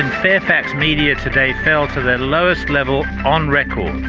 fairfax media today fell to their lowest level on record.